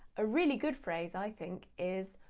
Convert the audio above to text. a really good phrase i think is,